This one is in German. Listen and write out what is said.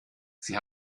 sie